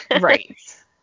Right